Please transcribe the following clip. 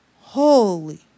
Holy